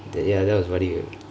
that ya that was vadivel